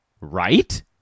right